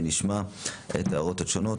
ונשמע את ההערות השונות.